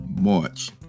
March